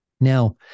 Now